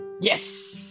yes